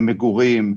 למגורים,